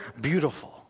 beautiful